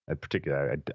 particular